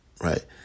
right